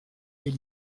est